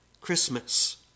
Christmas